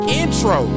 intro